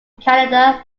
canada